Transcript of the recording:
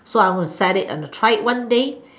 so I was excited and try it one day